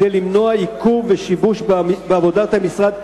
כדי למנוע עיכוב ושיבוש בעבודת המשרד,